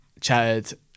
chatted